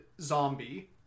zombie